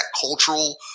cultural